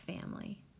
family